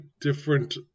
different